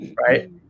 right